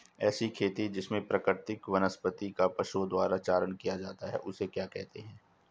ऐसी खेती जिसमें प्राकृतिक वनस्पति का पशुओं द्वारा चारण किया जाता है उसे क्या कहते हैं?